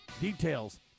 details